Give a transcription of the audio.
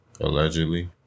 Allegedly